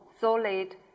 solid